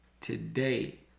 Today